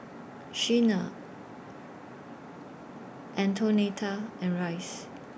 Shenna Antonetta and Rice